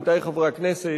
עמיתי חברי הכנסת,